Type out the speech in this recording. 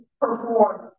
perform